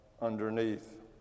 Underneath